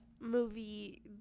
movie